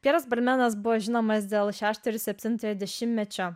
pjeras balmenas buvo žinomas dėl šešto ir septintojo dešimtmečio